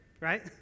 right